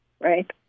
right